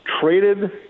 traded